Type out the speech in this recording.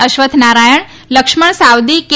અશ્વથ નારાયણ લક્ષ્મણ સાવદી કે